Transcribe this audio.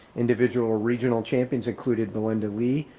individual regional champions included belinda lee,